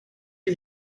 est